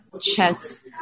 chess